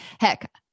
Heck